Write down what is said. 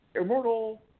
Immortal